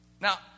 Now